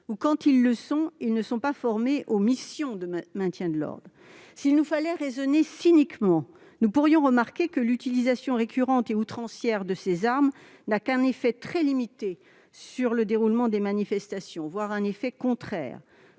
ou, quand ils le sont, ils ne sont pas formés aux missions de maintien de l'ordre. Si nous devions raisonner cyniquement, nous pourrions remarquer que l'utilisation récurrente et outrancière de ces armes n'a qu'un effet très limité, voire contre-productif sur le déroulement des manifestations. En revanche, les